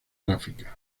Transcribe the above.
gráficas